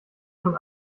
schon